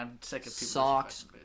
Socks